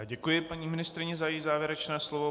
Děkuji paní ministryni za její závěrečné slovo.